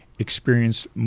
experienced